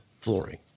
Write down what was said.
flooring